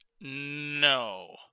no